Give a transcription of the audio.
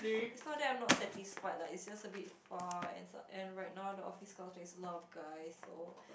it's not that I'm not that satisfied lah it's just a bit far and s~ and right now the office culture is a lot of guys so